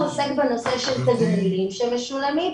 הוא עוסק בנושא של תגמולים שמשולמים,